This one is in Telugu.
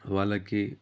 వాళ్ళకి